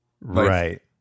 Right